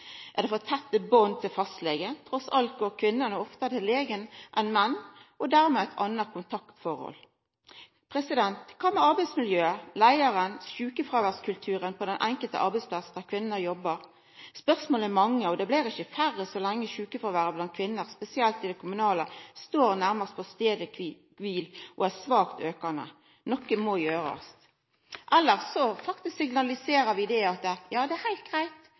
det for tette band til fastlegen? Kvinner går trass alt oftare til legen enn menn, og dei har dermed eit anna kontaktforhold. Kva med arbeidsmiljøet – leiaren og sjukefråværskulturen på den enkelte arbeidsplassen der kvinner jobbar? Spørsmåla er mange, og det blir ikkje færre så lenge sjukefråværet blant kvinner – spesielt i kommunal sektor – står nærmast på staden kvil og er svakt aukande. Noko må gjerast, elles signaliserer vi faktisk at det er heilt greitt